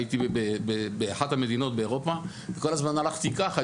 הייתי באחת המדינות באירופה וכל הזמן הלכתי ככה,